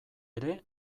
ere